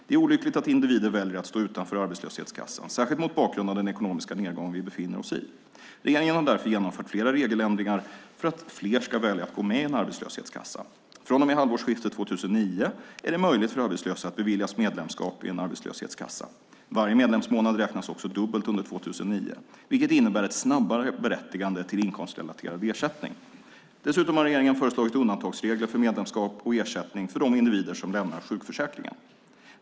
Det är olyckligt att individer väljer att stå utanför arbetslöshetskassan, särskilt mot bakgrund av den ekonomiska nedgång vi befinner oss i. Regeringen har därför genomfört flera regeländringar för att fler ska välja att gå med i en arbetslöshetskassa. Från och med halvårsskiftet 2009 är det möjligt för arbetslösa att beviljas medlemskap i en arbetslöshetskassa. Varje medlemsmånad räknas också dubbelt under 2009, vilket innebär ett snabbare berättigande till inkomstrelaterad ersättning. Dessutom har regeringen föreslagit undantagsregler för medlemskap och ersättning för de individer som lämnar sjukförsäkringen.